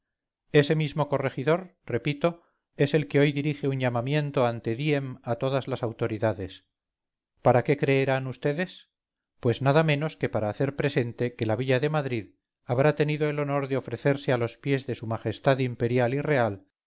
ese mismo corregidor repito es el que hoy dirige un llamamiento ante diem a todas las autoridades para qué creerán vds pues nada menos que para hacer presente que la villa de madrid habrá tenido el honor de ofrecerse a los pies de s m i y r